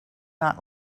not